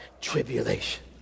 Tribulation